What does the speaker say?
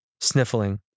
Sniffling